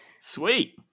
Sweet